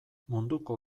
munduko